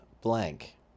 blank